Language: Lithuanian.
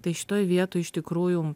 tai šitoj vietoj iš tikrųjų